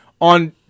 on